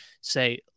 say